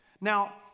Now